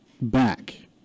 back